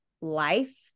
life